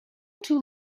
too